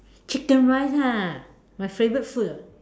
chicken rice ah my favorite food [what]